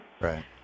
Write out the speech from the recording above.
Right